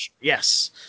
Yes